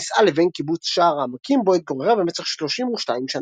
נישאה לבן קיבוץ שער העמקים בו התגוררה במשך שלושים ושתיים שנה.